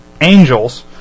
angels